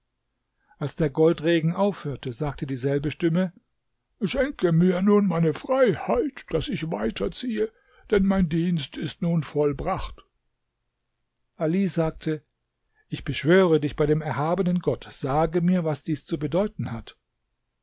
als der goldregen aufhörte sagte dieselbe stimme schenke mir nun meine freiheit daß ich weiterziehe denn mein dienst ist nun vollbracht ali sagte ich beschwöre dich bei dem erhabenen gott sage mir was dies zu bedeuten hat